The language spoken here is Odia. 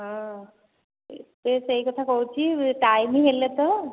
ହଁ ସେ ସେଇ କଥା କହୁଛି ଟାଇମ୍ ହେଲେ ତ